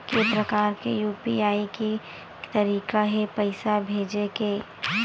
के प्रकार के यू.पी.आई के तरीका हे पईसा भेजे के?